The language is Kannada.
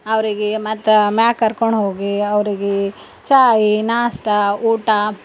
ಅವರಿಗೆ ಮತ್ತೆ ಮೇಲ್ಕರ್ಕೊಂಡು ಹೋಗಿ ಅವರಿಗೆ ಚಾಯಿ ನಾಷ್ಟ ಊಟ